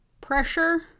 pressure